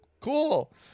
cool